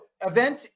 event